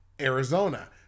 Arizona